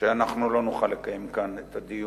שאנחנו לא נוכל לקיים כאן את הדיון.